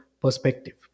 perspective